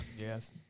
Yes